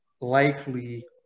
likely